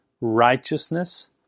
righteousness